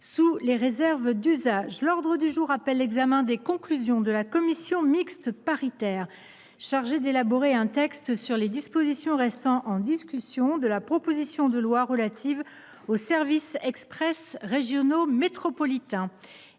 sous les réserves d’usage. L’ordre du jour appelle l’examen des conclusions de la commission mixte paritaire chargée d’élaborer un texte sur les dispositions restant en discussion de la proposition de loi relative aux services express régionaux métropolitains